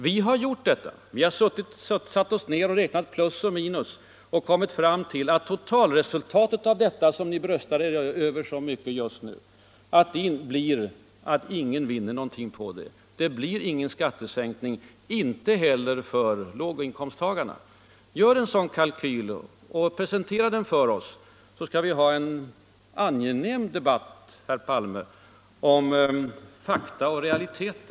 Vi har gjort det — vi har satt oss ned och räknat plus och minus och kommit fram till att totalresultatet av det som ni just nu bröstar er så mycket över blir att ingen vinner någonting på det. Det blir ingen skattesänkning — inte heller för låginkomsttagarna. Gör en sådan kalkyl och presentera den för oss, så skall vi ha en angenäm debatt, herr Palme — en debatt om fakta och realiteter.